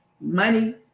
Money